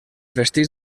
vestits